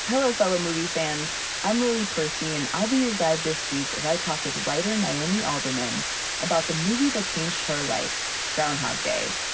hello, movie fans. i'm lily percy, and i'll be your guide this week as i talk with writer naomi alderman about the movie that changed her life, groundhog day.